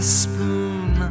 spoon